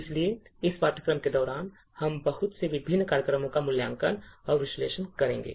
इसलिए इस पाठ्यक्रम के दौरान हम बहुत से विभिन्न कार्यक्रमों का मूल्यांकन और विश्लेषण करेंगे